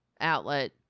outlet